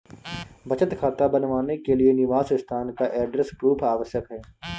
बचत खाता बनवाने के लिए निवास स्थान का एड्रेस प्रूफ आवश्यक है